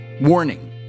Warning